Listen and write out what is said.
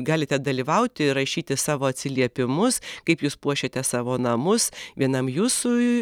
galite dalyvauti ir rašyti savo atsiliepimus kaip jūs puošiate savo namus vienam jūsų